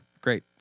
great